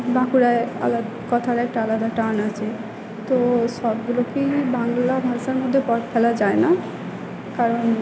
বাঁকুড়ায় আলাদা কথার একটা আলাদা টান আচে তো সবগুলোকেই বাংলা ভাষার মধ্যে পড় ফেলা যায় না কারণ